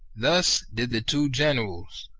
thus did the two generals,